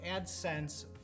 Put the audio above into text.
AdSense